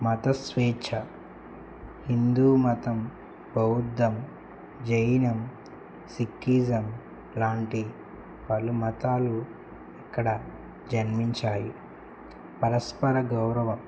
మత స్వేచ్ఛ హిందూ మతం బౌద్ధం జైనం సిక్కిజం లాంటి పలు మతాలు ఇక్కడ జన్మించాయి పరస్పర గౌరవం